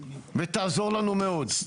ותעזור לנו מאוד.